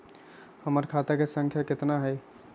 हमर खाता के सांख्या कतना हई?